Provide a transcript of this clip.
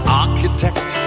architect